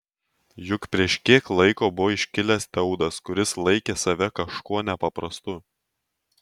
juk prieš kiek laiko buvo iškilęs teudas kuris laikė save kažkuo nepaprastu